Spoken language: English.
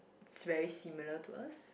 it's very similar to us